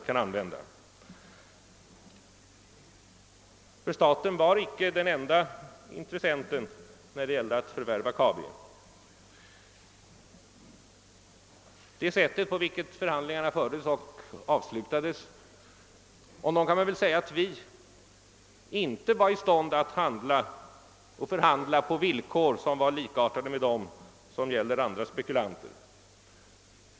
Staten var nämligen icke den enda intressenten när det rörde sig om att förvärva Kabi. Om det sätt på vilket förhandlingarna fördes och avslutades kan man väl säga att vi inte var i stånd att handla och förhandla på villkor som var likställda med dem som gäller för andra spekulanter.